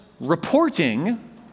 reporting